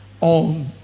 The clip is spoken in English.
on